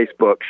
Facebook